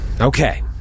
Okay